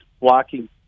blocking